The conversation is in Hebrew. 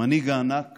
המנהיג הענק